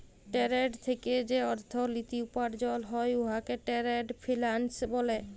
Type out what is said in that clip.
trade থ্যাইকে যে অথ্থলিতি উপার্জল হ্যয় উয়াকে টেরেড ফিল্যাল্স ব্যলে